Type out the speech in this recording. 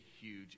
huge